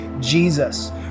Jesus